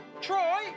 Troy